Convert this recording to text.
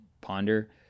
ponder